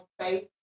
face